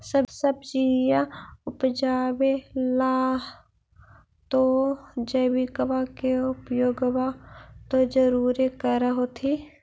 सब्जिया उपजाबे ला तो जैबिकबा के उपयोग्बा तो जरुरे कर होथिं?